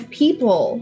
people